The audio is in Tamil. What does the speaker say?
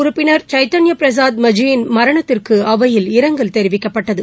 உறுப்பினர் சைத்தன்ய பிரசாத் மஜியின் மரணத்திற்கு அவையில் முன்னாள் இரங்கல் தெரிவிக்கப்பட்டது